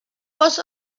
was